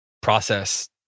process